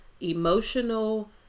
emotional